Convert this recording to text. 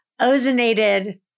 ozonated